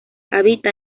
habita